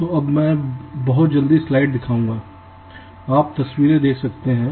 तो मैं बहुत जल्दी स्लाइड दिखाऊंगा आप तस्वीरें देख सकते हैं